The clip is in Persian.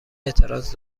اعتراض